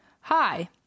hi